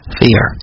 fear